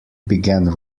began